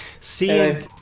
see